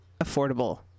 affordable